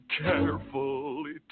carefully